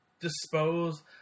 dispose